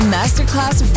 Masterclass